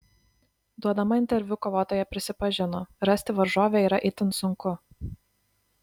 duodama interviu kovotoja prisipažino rasti varžovę yra itin sunku